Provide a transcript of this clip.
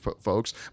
folks